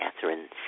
Catherine